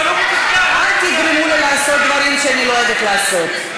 אל תגרמו לי לעשות דברים שאני לא אוהבת לעשות.